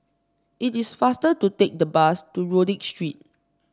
it is faster to take the bus to Rodyk Street